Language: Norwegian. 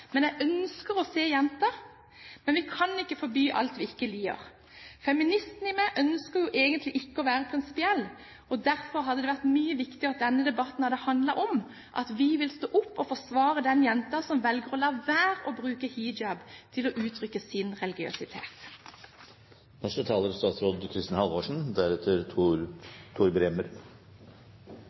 men jeg ønsker å se jenta. Men vi kan ikke forby alt vi ikke liker. Feministen i meg ønsker jo egentlig ikke å være prinsipiell. Derfor hadde det vært mye viktigere at denne debatten hadde handlet om at vi vil stå opp og forsvare den jenta som velger å la være å bruke hijab til å uttrykke sin religiøsitet. Denne saken er